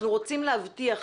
אנחנו רוצים להבטיח,